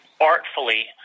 artfully